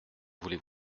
voulez